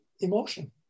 emotion